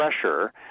pressure